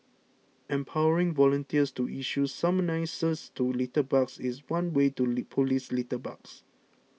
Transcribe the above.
empowering volunteers to issue summonses to litterbugs is one way to police litterbugs